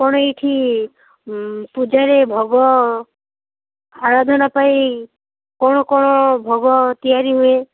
କ'ଣ ଏଇଠି ପୂଜାରେ ଭୋଗ ଆୟୋଜନା ପାଇଁ କ'ଣ କ'ଣ ଭୋଗ ତିଆରି ହୁଏ